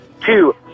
Two